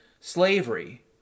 Slavery